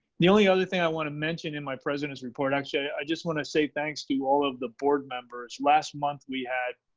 the only other thing i want to mention in my president's report, actually, i just wanna say thanks to you all of the board members. last month, we had